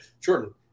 Jordan